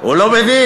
הוא לא מבין.